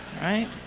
right